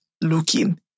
looking